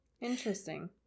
Interesting